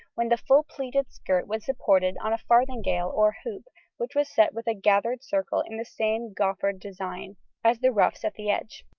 when the full pleated skirt was supported on a farthingale or hoop which was set with a gathered circle in the same goffered design as the ruffs at the edge.